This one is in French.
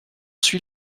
celui